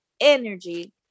energy